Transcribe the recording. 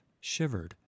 shivered